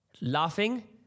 laughing